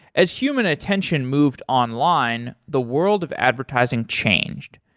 as human attention moved online the world of advertising changed.